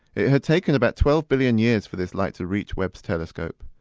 it had taken about twelve billion years for this light to reach webb's telescope.